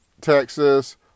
Texas